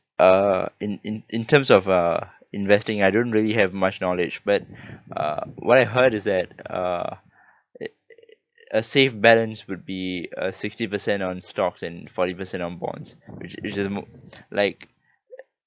uh in in in terms of uh investing I don't really have much knowledge but uh what I heard is that uh a safe balance would be uh sixty percent on stocks and forty percent on bonds which is which is a m~ like